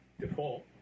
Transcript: default